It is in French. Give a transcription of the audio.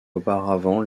auparavant